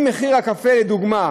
לדוגמה,